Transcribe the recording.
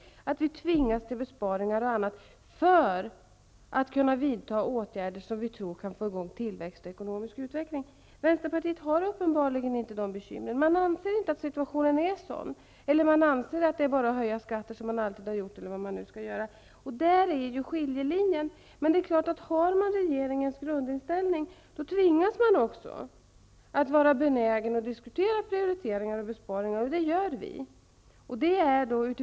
Vi tvingas att göra besparingar och annat för att kunna vidta ågärder som vi tror skall få i gång tillväxt och ekonomisk utveckling. Inom vänsterpartiet har man uppenbarligen inte dessa bekymmer. Man anser inte att situationen är sådan som den är, eller också anser man att det bara är att höja skatter på det sätt som det alltid har gjorts. Däri ligger skiljelinjen. Men det är klart att om man delar regeringens grundinställning, tvingas man också att vara benägen att diskutera prioriteringar och besparingar, vilket vi också gör.